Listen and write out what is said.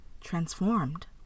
transformed